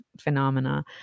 phenomena